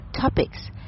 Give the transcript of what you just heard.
topics